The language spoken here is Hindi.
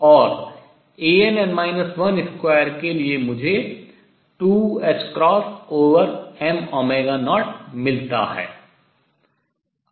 और Ann 12 के लिए मुझे 2ℏm0 मिलता है